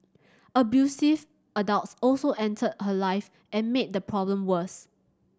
abusive adults also entered her life and made the problem worse